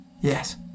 Yes